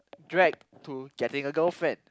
drag to getting a girlfriend